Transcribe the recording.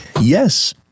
Yes